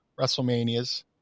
WrestleManias